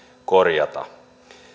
korjata